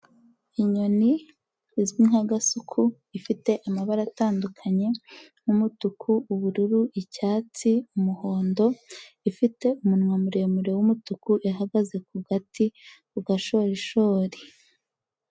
Inyoni izwi nka gasuku ifite amabara atandukanye nk'umutuku, ubururu, icyatsi, umuhondo, ifite umunwa muremure w'umutuku, ihagaze ku gati ku gashorishori.